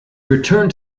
returned